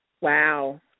Wow